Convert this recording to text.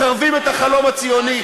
מחרבים את החלום הציוני,